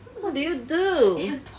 what did you do